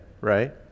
right